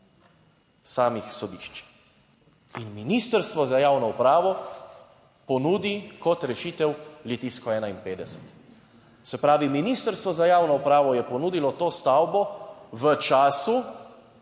samih sodišč in Ministrstvo za javno upravo ponudi kot rešitev Litijsko 51. Se pravi, Ministrstvo za javno upravo je ponudilo to stavbo v času,